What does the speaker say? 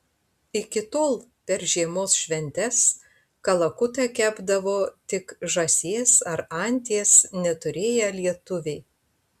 iki tol per žiemos šventes kalakutą kepdavo tik žąsies ar anties neturėję lietuviai